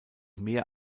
mehr